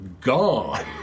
gone